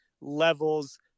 levels